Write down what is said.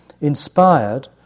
Inspired